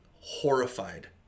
horrified